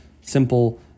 simple